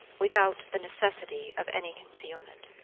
without the necessity of any concealment